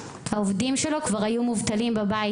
העובדים שלו כבר היו מובטלים בבית.